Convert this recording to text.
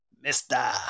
Mister